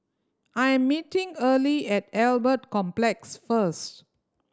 I am meeting Earley at Albert Complex first